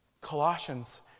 Colossians